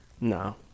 No